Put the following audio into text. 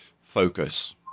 focus